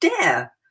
dare